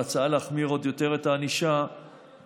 בהצעה להחמיר עוד יותר את הענישה אין